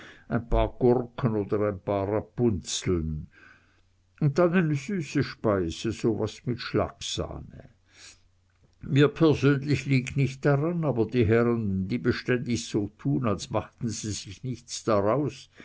ein paar gurken oder ein paar rapunzeln und dann eine süße speise so was mit schlagsahne mir persönlich liegt nicht daran aber die herren die beständig so tun als machten sie sich nichts daraus